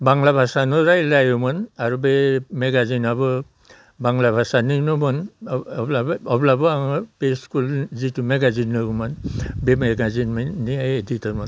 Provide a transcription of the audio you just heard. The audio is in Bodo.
बांग्ला भासायानो रायज्लायोमोन आरो बे मेगाजिनाबो बांग्ला बासानिनोमोन अब्लाबो आङो बे स्कुल जिथु मेगाजिन दङमोन बे मेगाजिननि एदिटरमोन